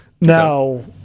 Now